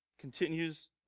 Continues